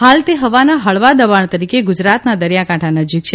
હાલ તે હવાના હળવા દબાણ તરીકે ગુજરાતના દરિયાકાઠા નજીક છે